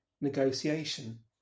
negotiation